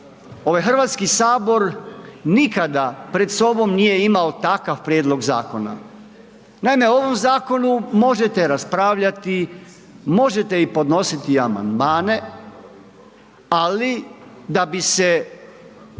ovaj HS nikada pred sobom nije imao takav prijedlog zakona. Naime, o ovom zakonu možete raspravljati, možete podnositi i amandmane, ali da bi se